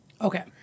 okay